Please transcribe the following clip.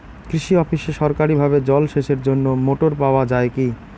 কৃষি অফিসে সরকারিভাবে জল সেচের জন্য মোটর পাওয়া যায় কি?